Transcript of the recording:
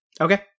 Okay